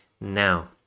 now